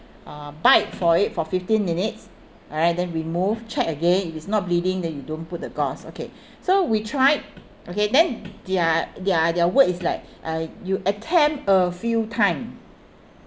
uh bite for it for fifteen minutes alright then remove check again if it's not bleeding then you don't put the gauze okay so we tried okay then their their their word is like uh you attempt a few time